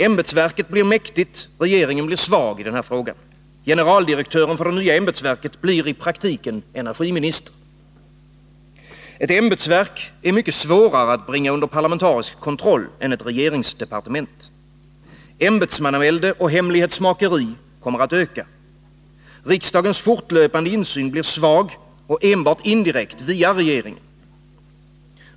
Ämbetsverket blir mäktigt, regeringen svag i frågan. Generaldirektören för det nya ämbetsverket blir i praktiken energiminister. Ett ämbetsverk är mycket svårare att bringa under parlamentarisk kontroll än ett regeringsdepartement. Ämbetsmannavälde och hemlighetsmakeri kommer att öka. Riksdagens fortlöpande insyn blir svag och enbart indirekt, via regeringen.